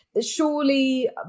surely